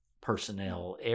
personnel